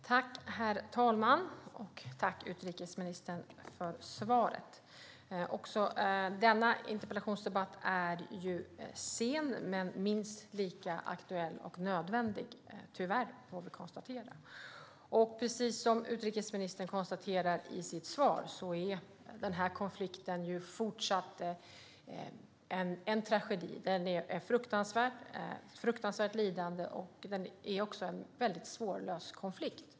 Herr talman! Tack, utrikesministern, för svaret! Också denna interpellationsdebatt är sen men tyvärr minst lika aktuell och nödvändig får vi konstatera. Precis som utrikesministern konstaterar i sitt svar är den här konflikten fortsatt en tragedi. Det är ett fruktansvärt lidande och en svårlöst konflikt.